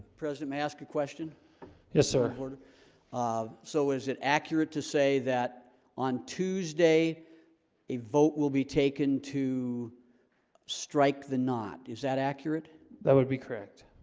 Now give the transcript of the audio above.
president ask a question yes, sir sort of so is it accurate to say that on? tuesday a vote will be taken to strike the knot is that accurate that would be correct.